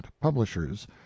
publishers